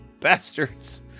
bastards